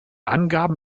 angaben